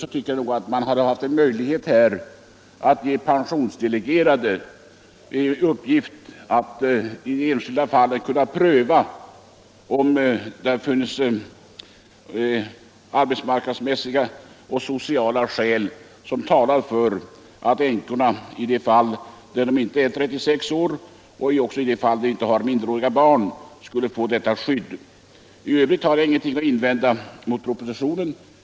Jag tycker därför att det hade varit rimligt att ge pensionsdelegerade i uppdrag att i det enskilda fallet pröva om det finns arbetsmarknadsmässiga och sociala skäl för att ge änkor som inte är 36 år eller inte har minderåriga barn detta skydd. I övrigt har jag ingenting att invända mot propositionen.